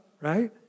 right